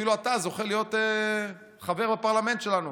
אפילו אתה זוכה להיות חבר הפרלמנט שלנו.